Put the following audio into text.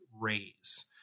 raise